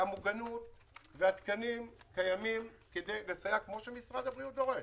המוגנות והתקנים קיימים כדי לסייע כמו שמשרד הבריאות דורש.